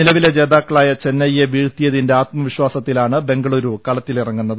നിലവിലെ ജേതാക്കളായ ചെന്നൈയെ വീഴ്ത്തിയതിന്റെ ആത്മവിശ്വാസത്തിലാണ് ബംഗലൂരു കളത്തിലിറങ്ങുന്നത്